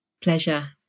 Pleasure